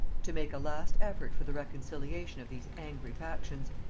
to make a last effort for the reconciliation of these angry factions,